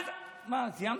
מה, סיימתי?